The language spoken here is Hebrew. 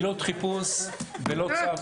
עילות חיפוש בלא צו